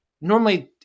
normally